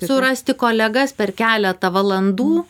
surasti kolegas per keletą valandų